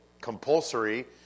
compulsory